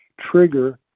trigger